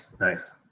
Nice